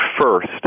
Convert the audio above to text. first